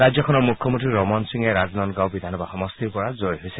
ৰাজ্যখনৰ মুখ্যমন্ত্ৰী ৰমন সিঙে ৰাজনন্দগাঁও বিধানসভা সমষ্টিৰ পৰা জয়ী হৈছে